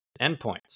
endpoints